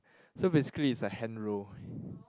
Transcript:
so basically is a hand roll